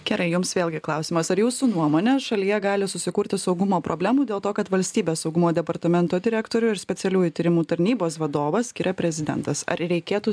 gerai jums vėlgi klausimas ar jūsų nuomone šalyje gali susikurti saugumo problemų dėl to kad valstybės saugumo departamento direktorių ir specialiųjų tyrimų tarnybos vadovą skiria prezidentas ar reikėtų